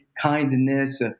kindness